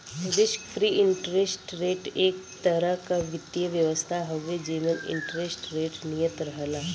risk free interest rate एक तरह क वित्तीय व्यवस्था हउवे जेमन इंटरेस्ट रेट नियत रहला